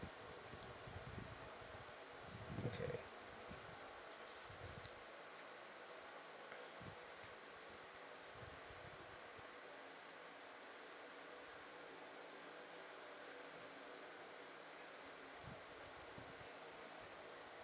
okay